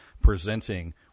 presenting